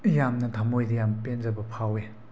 ꯌꯥꯝꯅ ꯊꯃꯣꯏꯗ ꯌꯥꯝꯅ ꯄꯦꯟꯖꯕ ꯐꯥꯎꯋꯦ